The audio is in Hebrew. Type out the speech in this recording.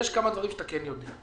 יש כמה דברים שאתה כן יודע.